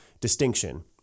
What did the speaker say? distinction